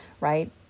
right